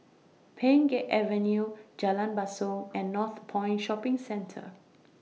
Pheng Geck Avenue Jalan Basong and Northpoint Shopping Centre